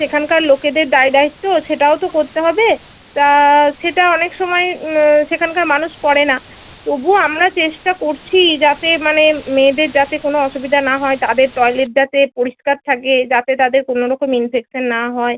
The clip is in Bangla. সেখানকার লোকেদের দায় দায়িত্ব সেটাও তো করতে হবে তা সেটা অনেক সময় সেখানকার মানুষ করে না তবুও আমরা চেষ্টা করছি যাতে মানে মেয়েদের যাতে কোনো অসুবিধা না হয় তাদের টয়লেট যাতে পরিষ্কার থাকে যাতে তাদের কোনো রকম ইনফেকশান না হয়